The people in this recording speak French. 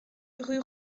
rue